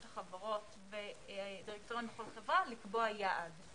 החברות ודירקטוריון בכל חברה לקבוע יעד.